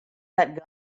that